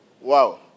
Wow